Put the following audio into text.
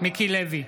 מיקי לוי,